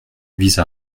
vise